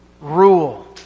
rule